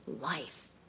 life